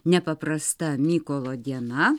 nepaprasta mykolo diena